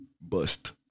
bust